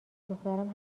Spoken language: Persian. دخترم